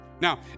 now